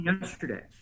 yesterday